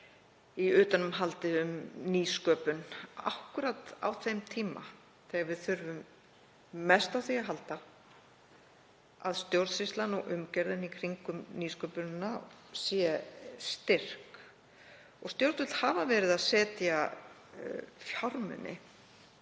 í utanumhaldi um nýsköpun, akkúrat á þeim tíma þegar við þurfum mest á því að halda að stjórnsýslan og umgjörðin í kringum nýsköpunina sé styrk. Stjórnvöld hafa verið að setja aukna